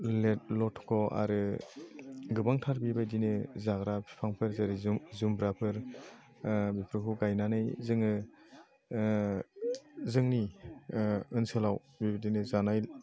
लेटख' आरो गोबांथार बेबादिनो जाग्रा फिफांफोर जेरै जुमब्राफोर बेफोरखौ गायनानै जोङो जोंनि ओनसोलाव बेबायदिनो जानाय